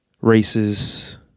races